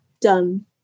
done